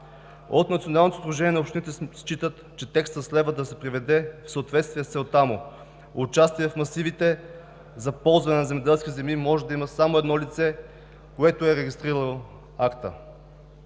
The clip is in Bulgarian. От Националното сдружение на общините считат, че текстът следва да се приведе в съответствие с целта му – участие в масивите за ползване на земеделски земи може да има само лице, което е регистрирало акта,